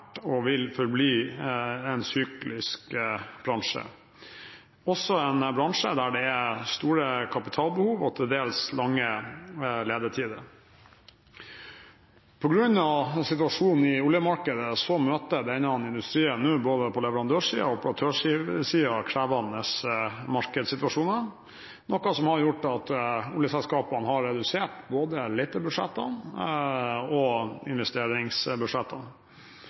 store kapitalbehov og til dels lange ledetider. På grunn av situasjonen i oljemarkedet møter denne industrien nå, både på leverandørsiden og på operatørsiden, krevende markedssituasjoner, noe som har gjort at oljeselskapene har redusert både letebudsjettene og investeringsbudsjettene.